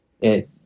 it